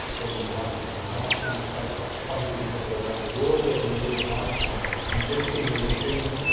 then you're likely to die and in fact quite a few people around the world every year die from ingesting these things,